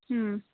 ಹ್ಞೂ